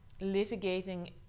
litigating